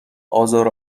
آزار